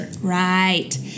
Right